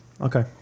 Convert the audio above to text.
Okay